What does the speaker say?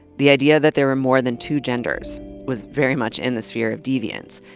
the idea that there were more than two genders was very much in the sphere of deviance.